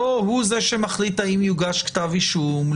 לא הוא זה שמחליט אם יוגש כתב אישום,